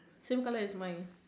same colour as mine